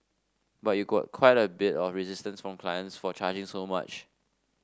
but you got quite a bit of resistance from clients for charging so much